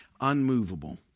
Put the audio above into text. unmovable